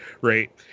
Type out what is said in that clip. right